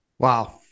Wow